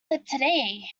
today